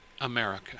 America